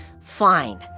fine